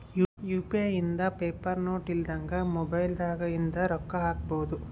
UPI ಇಂದ paper note ಇಲ್ದಂಗ mobile ದಾಗ ಇಂದ ರೊಕ್ಕ ಹಕ್ಬೊದು